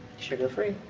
sugar-free.